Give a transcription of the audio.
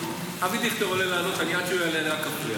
אבי דיכטר עולה לענות, עד שהוא עולה אני אפריע.